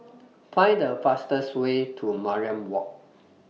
Find The fastest Way to Mariam Walk